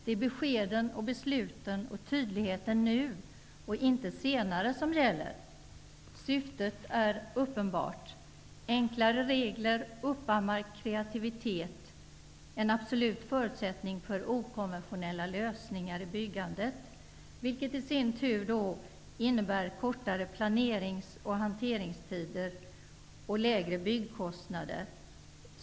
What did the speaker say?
Det är beskeden, besluten och tydligheten nu, inte senare, som gäller! Syftet är uppenbart: Enklare regler uppammar kreativitet -- en absolut förutsättning för okonventionella lösningar i fråga om byggandet. Det i sin tur innebär kortare planerings och hanteringstider samt lägre byggkostnader.